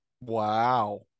wow